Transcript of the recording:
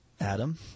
Adam